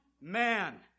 man